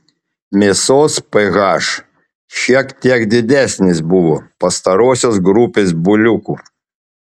mėsos ph šiek tiek didesnis buvo pastarosios grupės buliukų